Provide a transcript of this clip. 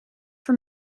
voor